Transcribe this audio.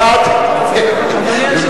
נתקבל.